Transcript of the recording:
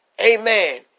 Amen